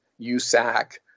USAC